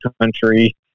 country